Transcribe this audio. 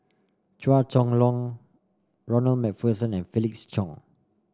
Chua Chong Long Ronald MacPherson and Felix Cheong